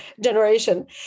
generation